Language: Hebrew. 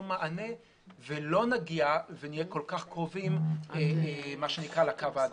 מענה ולא נגיע ונהיה כל כך קרובים למה שנקרא הקו האדום.